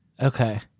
Okay